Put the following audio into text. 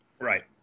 right